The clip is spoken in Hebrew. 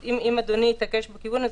אם אדוני יתעקש בכיוון הזה,